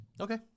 okay